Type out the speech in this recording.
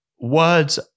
words